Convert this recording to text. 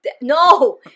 No